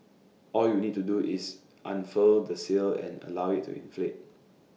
all you need to do is unfurl the sail and allow IT to inflate